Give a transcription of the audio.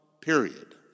period